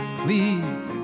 please